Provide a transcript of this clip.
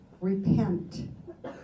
repent